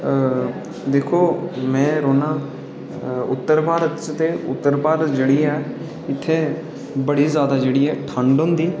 दिक्खो में रौह्ना उत्तर भारत च ते उत्तर भारत जेह्ड़ी ऐ इत्थै बड़ी जादा जेह्ड़ी ठंड होंदी